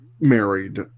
married